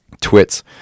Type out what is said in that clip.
twits